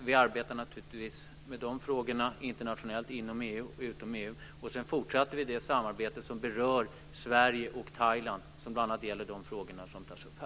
Vi arbetar naturligtvis med de här frågorna internationellt, inom och utom EU. Vi fortsätter också det samarbete som berör Sverige och Thailand och som bl.a. gäller de frågor som tas upp här.